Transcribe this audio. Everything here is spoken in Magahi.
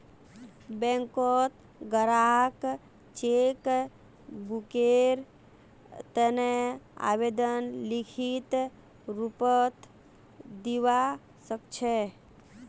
बैंकत ग्राहक चेक बुकेर तने आवेदन लिखित रूपत दिवा सकछे